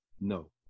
No